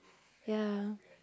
ya